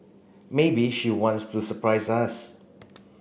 maybe she wants to surprise us